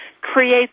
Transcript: create